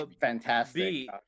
fantastic